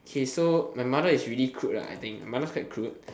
okay so my mother is really crude lah I think my mother is quite crude